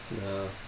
No